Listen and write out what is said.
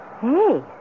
Hey